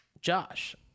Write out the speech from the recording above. Josh